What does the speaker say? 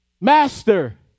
Master